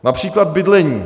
Například bydlení.